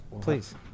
Please